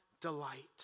delight